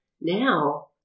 Now